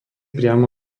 priamo